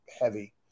heavy